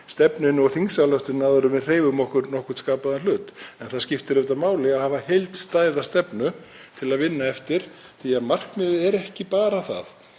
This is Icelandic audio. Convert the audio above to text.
stefnunni og þingsályktuninni áður en við hreyfum okkur nokkurn skapaðan hlut. En það skiptir auðvitað máli að hafa heildstæða stefnu til að vinna eftir því að markmiðið er ekki bara það